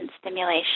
stimulation